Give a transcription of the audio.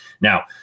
now